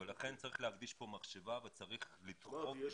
לכן צריך להקדיש פה מחשבה וצריך ל --- יש